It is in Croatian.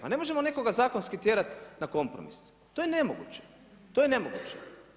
Pa ne možemo nekoga zakonski tjerati na kompromis, to je nemoguće, to je nemoguće.